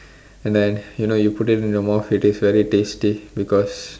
and then you know you put it in your mouth it is very tasty because